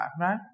right